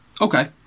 Okay